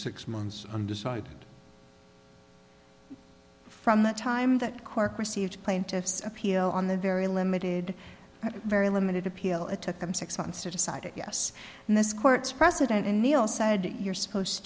six months undecided from the time that cork received plaintiff's appeal on the very limited very limited appeal it took them six months to decide yes and this court's precedent and they all said you're supposed to